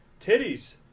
titties